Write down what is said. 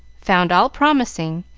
found all promising,